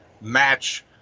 match